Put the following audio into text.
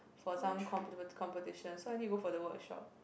for some com~ competition so I need to go for the workshop